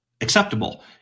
acceptable